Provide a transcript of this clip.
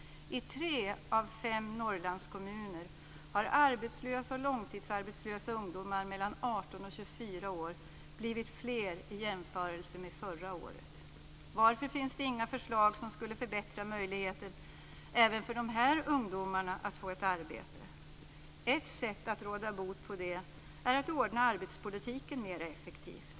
I tre av fem norrlandskommuner har arbetslösa och långtidsarbetslösa ungdomar mellan 18 och 24 år blivit fler jämfört med förra året. Varför finns det inga förslag som skulle kunna förbättra möjligheterna även för de här ungdomarna att få ett arbete? Ett sätt att råda bot på detta är att ordna arbetsmarknadspolitiken mer effektivt.